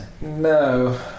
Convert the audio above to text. No